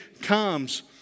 comes